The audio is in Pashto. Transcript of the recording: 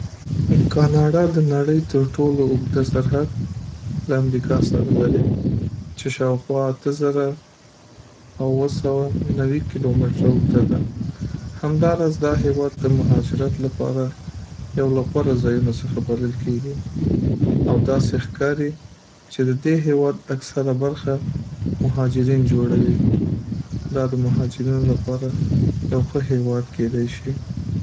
کاناډا د نړۍ تر ټولو اوږده سرحد له امریکا سره لري، چې شاوخوا اته زره او اوه سوه نوي کیلومتره اوږده ده. همداراز، دا هیواد د مهاجرت لپاره یو له غوره ځایونو څخه بلل کیږي، او داسې ښکاری چې د دې هیواد اکثره برخه مهاجرین جوړوي دا د مهاجرینو دپاره یو ښه هېواد کدای شي.